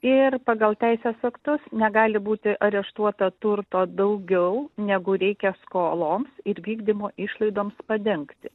ir pagal teisės aktus negali būti areštuota turto daugiau negu reikia skoloms ir vykdymo išlaidoms padengti